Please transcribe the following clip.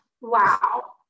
wow